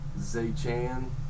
Zay-chan